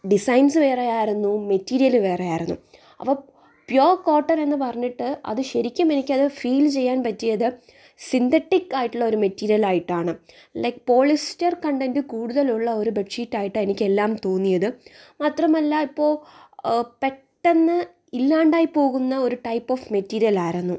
designs വേറെ ആയിരുന്നു material വേറെ ആയിരുന്നു അപ്പോൾ പ്യുവർ കോട്ടൺ എന്നു പറഞ്ഞിട്ട് അതു ശരിക്കും എനിക്കത് ഫീൽ ചെയ്യാൻ പറ്റിയത് സിന്തെറ്റിക് ആയിട്ടുള്ള ഒരു മെറ്റീരിയലായിട്ടാണ് ലൈക്ക് പോളിസ്റ്റർ കണ്ടന്റ് കൂടുതലുള്ള ഒരു ബെഡ് ഷീറ്റായിട്ടാണ് എനിക്കെല്ലാം തോന്നിയത് മാത്രമല്ല ഇപ്പോൾ പെട്ടന്ന് ഇല്ലാണ്ടായി പോകുന്ന ഒരു ടൈപ്പ് ഓഫ് മെറ്റീരിയൽ ആയിരുന്നു